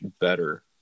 better